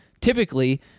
typically